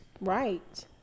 Right